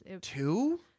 two